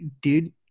dude